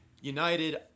United